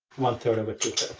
one-third over